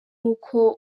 uko